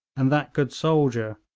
and that good soldier,